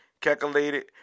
calculated